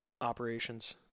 operations